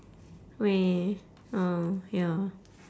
oh ya